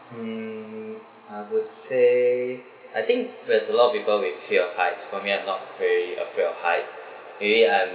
mm I would say I think there's a lot of people with fear of heights for me I'm not very afraid of height maybe I'm